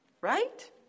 Right